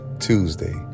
Tuesday